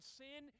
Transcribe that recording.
sin